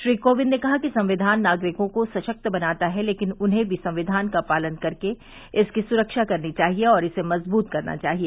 श्री कोविंद ने कहा कि संक्विन नागरिकों को सशक्त बनाता है लेकिन उन्हें भी संक्विन का पालन कर इसकी सुरक्षा करनी चाहिए और इसे मजबूत करना चाहिए